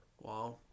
Wow